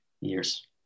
years